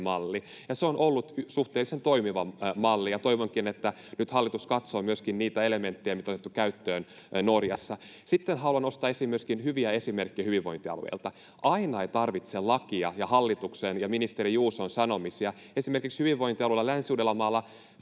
se on ollut suhteellisen toimiva malli. Toivonkin, että hallitus katsoo nyt myöskin niitä elementtejä, mitä on otettu käyttöön Norjassa. Sitten haluan nostaa esiin myöskin hyviä esimerkkejä hyvinvointialueilta. Aina ei tarvitse lakia ja hallituksen ja ministeri Juuson sanomisia. Esimerkiksi Länsi-Uudenmaan